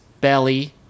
belly